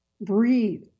breathe